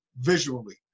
visually